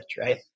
right